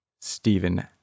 Stephen